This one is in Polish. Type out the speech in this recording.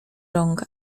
rąk